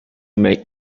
make